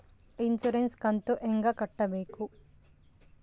Insurance ಕಂತು ಹೆಂಗ ಕಟ್ಟಬೇಕು?